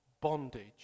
bondage